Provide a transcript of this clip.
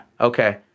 Okay